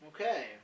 Okay